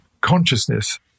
consciousness